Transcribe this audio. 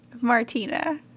Martina